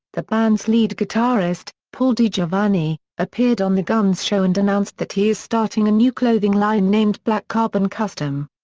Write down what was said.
the band's lead guitarist, paul digiovanni, appeared on the gunz show and announced that he is starting a new clothing line named black carbon custom.